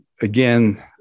Again